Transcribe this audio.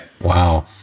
Wow